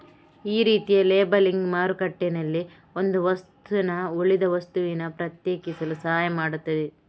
ಈ ರೀತಿಯ ಲೇಬಲಿಂಗ್ ಮಾರುಕಟ್ಟೆನಲ್ಲಿ ಒಂದು ವಸ್ತುನ ಉಳಿದ ವಸ್ತುನಿಂದ ಪ್ರತ್ಯೇಕಿಸಲು ಸಹಾಯ ಮಾಡ್ತದೆ